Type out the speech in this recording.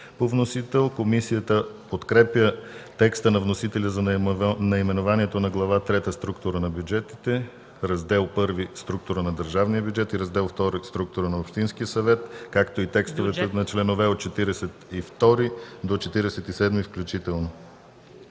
ГЛАВЧЕВ: Комисията подкрепя текста на вносителя за наименованието на Глава трета „Структура на бюджетите”, Раздел І „Структура на държавния бюджет”, Раздел ІІ „Структура на общинския бюджет”, както и текстовете на членове от 42 до 47 включително.